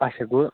اچھا گوٚو